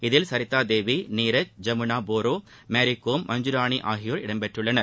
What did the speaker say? இதில் சிதாதேவி நீரஜ் ஜமுனா போரோ மரிகோம் மஞ்சுராணி ஆகியோர் இடம்பெற்றுள்ளனர்